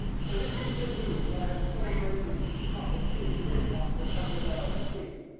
so this was good news and i had a celebratory cup of tea after a couple of hours' sleep.